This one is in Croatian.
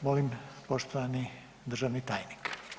Molim poštovani državni tajnik.